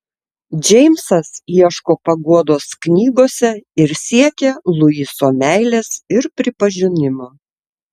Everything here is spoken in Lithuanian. džeimsas ieško paguodos knygose ir siekia luiso meilės ir pripažinimo